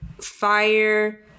Fire